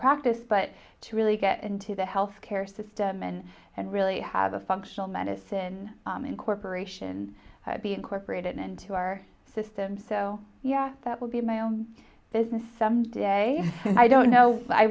practice but to really get into the health care system and and really have a functional medicine incorporation be incorporated into our system so that will be my own business some day and i don't know i